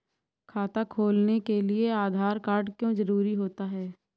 खाता खोलने के लिए आधार कार्ड क्यो जरूरी होता है?